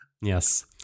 yes